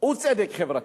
הוא צדק חברתי.